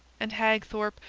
and hagthorpe,